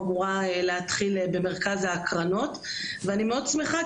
אמורה להתחיל במרכז ההקרנות ואני מאד שמחה,